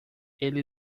ele